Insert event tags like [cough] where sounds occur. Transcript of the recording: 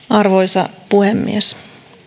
[unintelligible] arvoisa puhemies